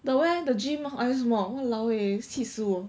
the where the gym !walao! eh 气死我